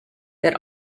that